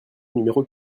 numéro